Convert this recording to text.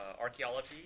archaeology